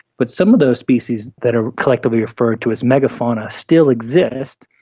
but some of those species that are collectively referred to as mega-fauna still exist,